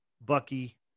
Bucky